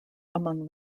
among